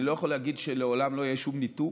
אני לא יכול להגיד שלעולם לא יהיה שום ניתוק.